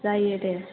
जायो दे